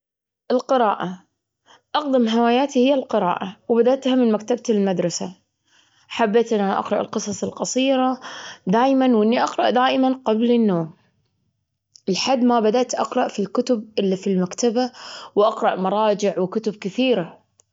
جمعية الهلال الأحمر، أو الأونروا، أو اليونيسيف، كل هؤلاء شغلهم إنساني ويخدم الكل ويرعى الأطفال. المهم أنهم يهتمون بتعليم الأطفال ورعايتهم جيد جدا، وهذا مهم جدا.